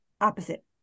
Opposite